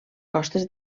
costes